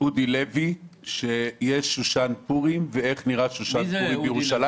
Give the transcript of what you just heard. אודי לוי שיש שושן פורים ואיך נראה שושן פורים בירושלים?